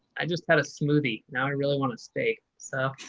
i just had a smoothie. now i really want to stay. so